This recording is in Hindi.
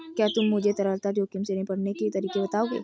क्या तुम मुझे तरलता जोखिम से निपटने के तरीके बताओगे?